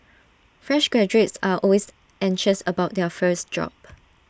fresh graduates are always anxious about their first job